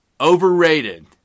overrated